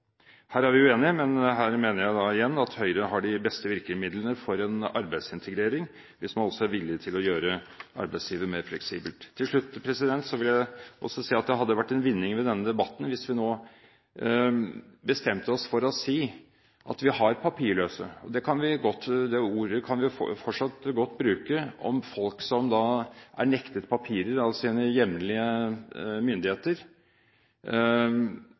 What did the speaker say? Her er vi uenige, men her mener jeg igjen at Høyre har de beste virkemidlene for en arbeidsintegrering hvis man også er villig til å gjøre arbeidslivet mer fleksibelt. Til slutt vil jeg også si at det hadde vært en vinning ved denne debatten hvis vi nå bestemte oss for å si at vi har papirløse – det ordet kan vi fortsatt godt bruke om folk som er nektet papirer av sine hjemlige myndigheter.